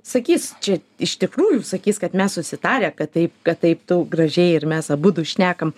sakys čia iš tikrųjų sakys kad mes susitarę kad taip kad taip tu gražiai ir mes abudu šnekam